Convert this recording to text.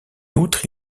outre